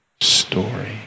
story